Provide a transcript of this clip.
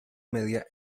media